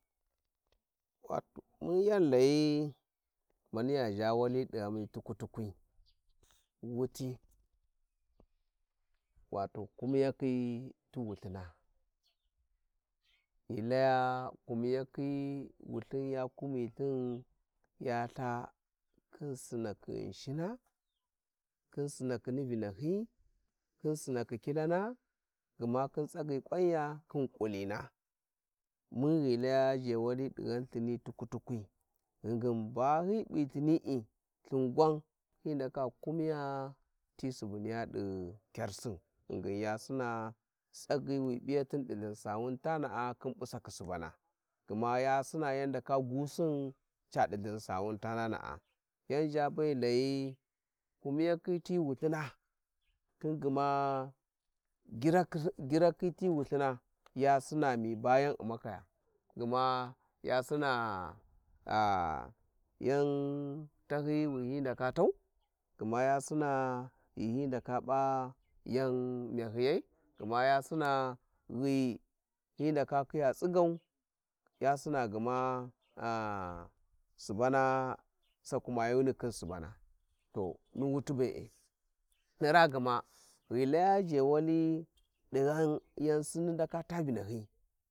Wato mun yan ghi layi maniya ghami di Ahilewi-tulkwi wuti wato kumiyakhi tu wulthina, ghi laya kumiyakhi wulthin ya kumilthin ya khin sinnakhi Ghinshina, khin sinnakhí ni vinahyi, khın sınnakni kilana mum ghi tsagyi Kwanys khin kuling mun ghi laya zhewali dighan Uhini tukui tukwi qhingin ba hi p'yi ithini'i, hi ndika kumiyi ti subu niys i kyarsin ghingin ya sina tsaqyi wi piystin di chinsawen ton's Khin Susakhi Subana, gma ya sina yan adaka gusin ca di Chin sawun ghi Gyi kumiyskhi fangnak-jan zha be ti wulthing khin gma girakhis ti wulthing yasina mi ba yan u`maka -ya, gma ya sina yan tanyiyi wi hi ndaka tau gma ya sina ghi hi ndaka p's yan myahyi yan gma ya sina ghi hi ndaka khiys tsigau ya sina gma subana, sakumayuni khin subang to hi wuti be`e hi raa gma ghi laya zhewali dighan yan sinni ndaka ta vinahyi.